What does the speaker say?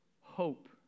hope